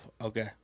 okay